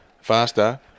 faster